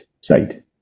side